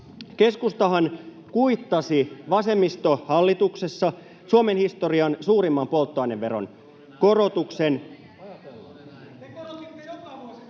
Keskustahan kuittasi vasemmistohallituksessa Suomen historian suurimman polttoaineveron korotuksen